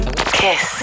Kiss